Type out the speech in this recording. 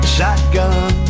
Shotgun